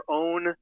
own